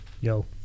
yo